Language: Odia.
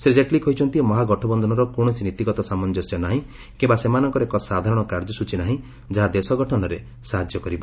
ଶ୍ରୀ ଜେଟ୍ଲୀ କହିଛନ୍ତି ମହାଗଠବନ୍ଧନର କୌଣସି ନୀତିଗତ ସାମଞ୍ଜସ୍ୟ ନାହିଁ କିୟା ସେମାନଙ୍କର ଏକ ସାଧାରଣ କାର୍ଯ୍ୟସ୍ଚୀ ନାହିଁ ଯାହା ଦେଶ ଗଠନରେ ସାହାଯ୍ୟ କରିବ